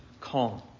calm